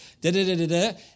da-da-da-da-da